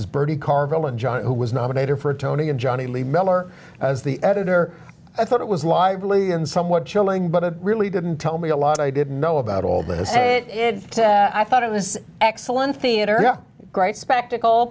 john who was nominated for a tony and johnny lee miller as the editor i thought it was lively and somewhat chilling but it really didn't tell me a lot i didn't know about all this it i thought it was excellent theater great spectacle